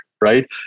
Right